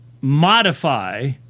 modify